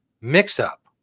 mix-up